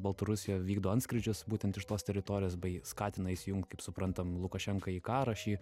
baltarusijoj vykdo antskrydžius būtent iš tos teritorijos bei skatina įsijungt kaip suprantam lukašenkai į karą šį